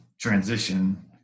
transition